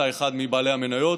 אתה אחד מבעלי המניות,